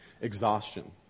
exhaustion